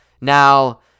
now